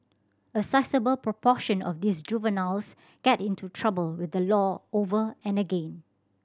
a sizeable proportion of these juveniles get into trouble with the law over and again